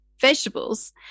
vegetables